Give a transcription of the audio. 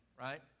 right